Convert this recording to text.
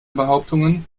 behauptungen